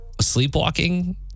sleepwalking